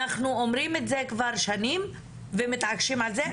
אנחנו אומרים את זה כבר שנים ומתעקשים על זה,